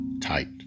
tight